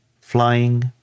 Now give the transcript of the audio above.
flying